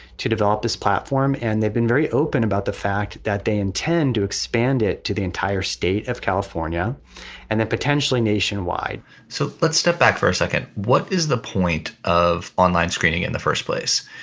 to develop this platform. and they've been very open about the fact that they intend to expand it to the entire state of california and then potentially nationwide so let's step back for a second. what is the point of online screening in the first place?